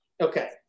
Okay